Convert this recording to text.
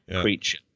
creature